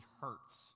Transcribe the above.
hurts